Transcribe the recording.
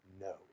no